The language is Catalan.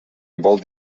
vol